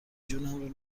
جونم